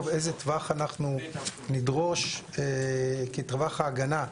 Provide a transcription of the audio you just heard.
איזה טווח אנחנו נדרוש כטווח ההגנה,